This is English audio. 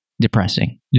depressing